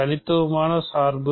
தனித்துவமான சார்பு